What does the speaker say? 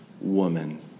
woman